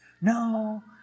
No